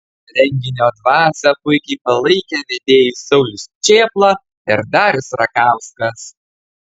renginio dvasią puikiai palaikė vedėjai saulius čėpla ir darius rakauskas